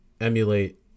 emulate